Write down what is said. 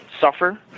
suffer